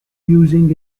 using